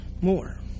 more